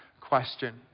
question